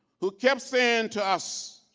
who kept saying to us,